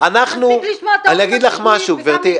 מספיק לשמוע את ההורים השכולים --- גברתי,